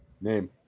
Name